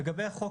לגבי החוק,